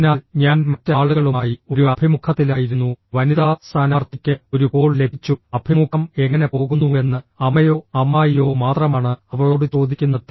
അതിനാൽ ഞാൻ മറ്റ് ആളുകളുമായി ഒരു അഭിമുഖത്തിലായിരുന്നു വനിതാ സ്ഥാനാർത്ഥിക്ക് ഒരു കോൾ ലഭിച്ചു അഭിമുഖം എങ്ങനെ പോകുന്നുവെന്ന് അമ്മയോ അമ്മായിയോ മാത്രമാണ് അവളോട് ചോദിക്കുന്നത്